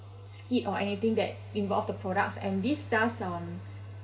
skit or anything that involved the products and this does um